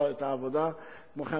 כמו כן,